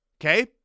okay